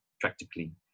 practically